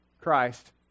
Christ